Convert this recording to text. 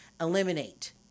eliminate